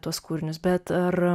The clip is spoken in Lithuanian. tuos kūrinius bet ar